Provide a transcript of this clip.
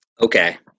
Okay